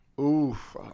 Oof